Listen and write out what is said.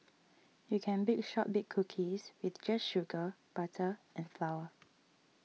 you can bake Shortbread Cookies with just sugar butter and flour